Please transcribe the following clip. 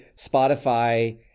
Spotify